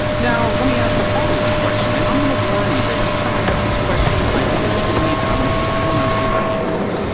now let me ask a follow up question, and i'm going to warn you that each time i ask this question, i fully believe that i'm going to see fewer and fewer hands.